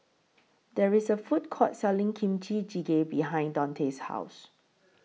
There IS A Food Court Selling Kimchi Jjigae behind Daunte's House